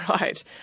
right